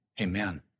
Amen